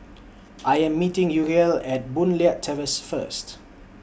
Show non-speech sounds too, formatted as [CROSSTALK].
I [NOISE] Am meeting Uriel At Boon Leat Terrace First